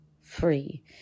free